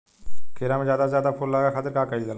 खीरा मे ज्यादा से ज्यादा फूल लगे खातीर का कईल जाला?